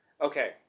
okay